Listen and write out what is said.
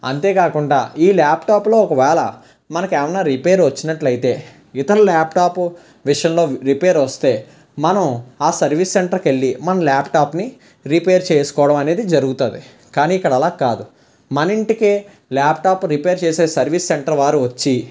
అంతేకాకుండా ఈ ల్యాప్టాప్లో ఒక వేళ మనకు ఏమైనా రిపేర్ వచ్చినట్లయితే ఇతను ల్యాప్టాప్ విషయంలో రిపేర్ వస్తే మనం ఆ సర్వీస్ సెంటర్ కెళ్ళి మన లాప్టాప్ని రిపేర్ చేసుకోవడం అనేది జరుగుతుంది కానీ ఇక్కడ అలా కాదు మన ఇంటికె ల్యాప్టాప్ రిపేర్ చేసే సర్వీస్ సెంటర్ వారు వచ్చి